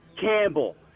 Campbell